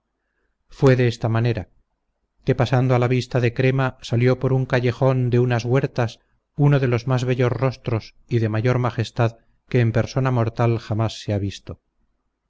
fue de esta manera que pasando a la vista de crema salió por un callejón de unas huertas uno de los más bellos rostros y de mayor majestad que en persona mortal jamás se ha visto